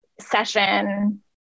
session